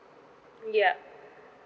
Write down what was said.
yup